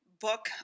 book